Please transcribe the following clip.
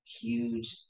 huge